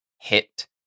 hit